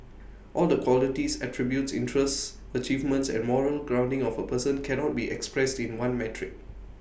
all the qualities attributes interests achievements and moral grounding of A person cannot be expressed in one metric